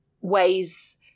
ways